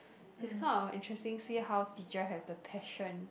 it's kind of interesting see how teacher have the passion